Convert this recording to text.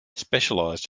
specialised